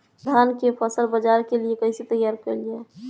धान के फसल बाजार के लिए कईसे तैयार कइल जाए?